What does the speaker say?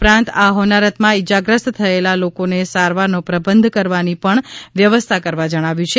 ઉપરાંત આ હોનારતમાં ઇજાગ્રસ્ત થયેલા લોકોને સારવારનો પ્રબંધ કરવાની પણ વ્યવસ્થા કરવા જણાવ્યું છે